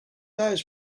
eyes